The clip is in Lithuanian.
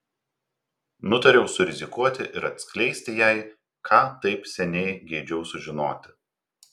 nutariau surizikuoti ir atskleisti jai ką taip seniai geidžiau sužinoti